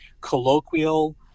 colloquial